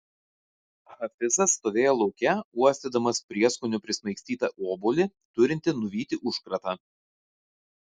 hafizas stovėjo lauke uostydamas prieskonių prismaigstytą obuolį turintį nuvyti užkratą